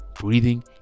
breathing